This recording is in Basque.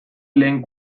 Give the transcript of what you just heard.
lehen